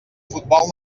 futbol